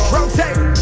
Rotate